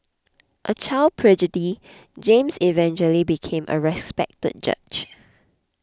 a child prodigy James eventually became a respected judge